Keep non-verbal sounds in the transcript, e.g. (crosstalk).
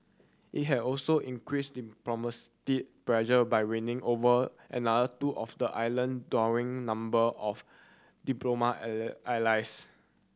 it had also increased diplomatic pressure by winning over another two of the island dwindling number of diplomatic (unintelligible) allies